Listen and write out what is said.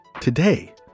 today